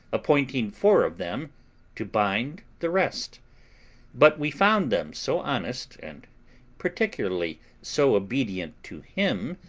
appointing four of them to bind the rest but we found them so honest, and particularly so obedient to him,